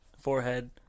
forehead